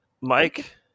Mike